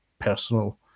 personal